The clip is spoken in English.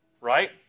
right